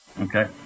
okay